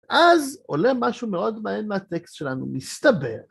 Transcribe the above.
אז עולה משהו מאוד מעניין מהטקסט שלנו, מסתבר.